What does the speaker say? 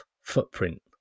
footprint